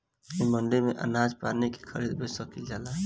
इ मंडी में अनाज पानी के खरीद बेच कईल जाला